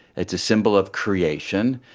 it's a symbol of creation,